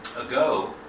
ago